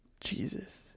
jesus